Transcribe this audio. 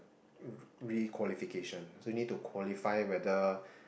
re~ requalification so you need to qualify whether